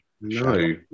No